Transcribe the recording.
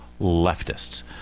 leftists